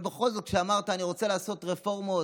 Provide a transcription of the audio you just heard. אבל בכל זאת, כשאמרת שאתה רוצה לעשות רפורמות,